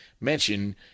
Mention